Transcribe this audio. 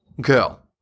girl